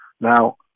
Now